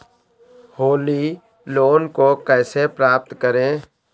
Holi loan को कैसे प्राप्त करें?